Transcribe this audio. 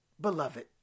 beloved